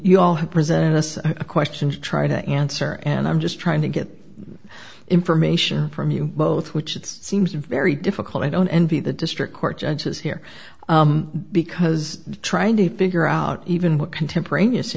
you all have presented as a question to try to answer and i'm just trying to get information from you both which it seems very difficult i don't envy the district court judges here because trying to figure out even what contemporaneous